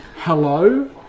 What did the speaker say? Hello